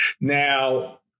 Now